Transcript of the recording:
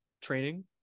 training